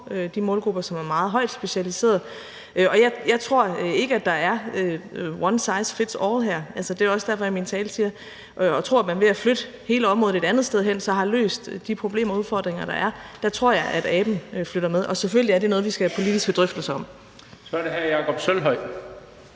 de målgrupper, som er meget højt specialiserede? Jeg tror ikke, at der her er tale om one size fits all. Det er også derfor, jeg i min tale siger, at hvis man tror, at man ved at flytte hele området et andet sted hen så har løst de problemer og udfordringer, der er, så tror jeg, at aben flytter med. Og selvfølgelig er det noget, vi skal have politiske drøftelser om. Kl. 19:10 Den fg.